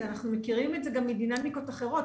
אנחנו מכירים את זה גם מדינמיקות אחרות.